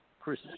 Chris